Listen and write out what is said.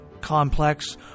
complex